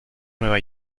nueva